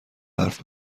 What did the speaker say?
حرف